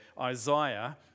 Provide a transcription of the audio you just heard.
Isaiah